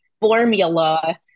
formula